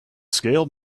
scale